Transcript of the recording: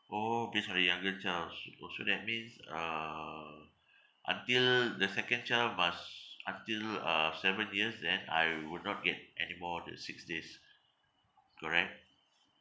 orh based on the younger childs orh so that means uh until the second child must until uh seven years then I would not get anymore the six days correct